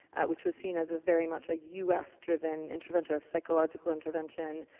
which was seen as very much a u s. driven intervention, a psychological intervention,